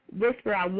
Whisper